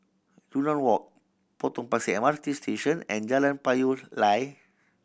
Yunnan Walk Potong Pasir M R T Station and Jalan Payoh Lai